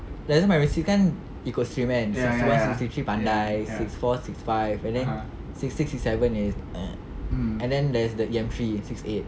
doesn't primary six kan ikut stream kan six one six three pandai six four six five and then six six six seven is and then there's the E_M three six eight